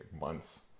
months